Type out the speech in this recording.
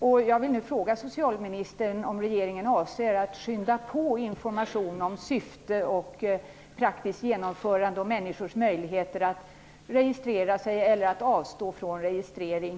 Avser regeringen att skynda på arbetet med att få ut information om syfte, praktiskt genomförande och människors möjligheter att registrera sig eller att avstå från registrering?